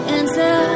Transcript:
answer